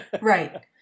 Right